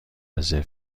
رزرو